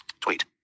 Tweet